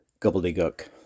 gobbledygook